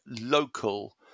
local